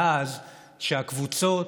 ואז כשהקבוצות,